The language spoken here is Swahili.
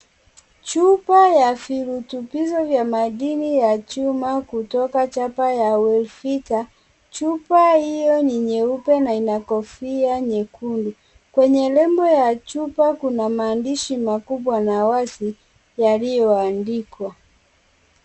Chupa ya firutubiso vya madini ya chuma kutoka chapa ya ufita, chupa hio ni nyeupe na ina kofia nyekundu, kwenye nembo ya chupa kuna maadndishi makubwa na wasi yalio andikwa.